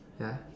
ya